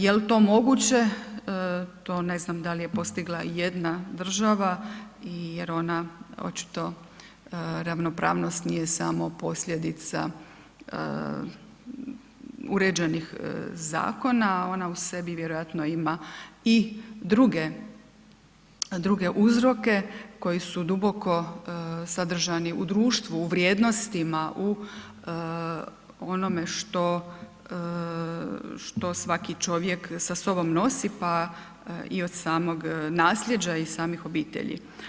Jel to moguće, to ne znam da li je postigla ijedna država jer ona očito ravnopravnost nije samo posljedica uređenih Zakona, ona u sebi vjerojatno ima i druge, druge uzroke koji su duboko sadržani u društvu, u vrijednostima, u onome što svaki čovjek sa sobom nosi pa i od samog nasljeđa, i samih obitelji.